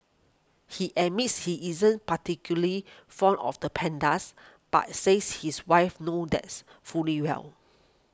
he admits he isn't particularly fond of the pandas but says his wife knows that's fully well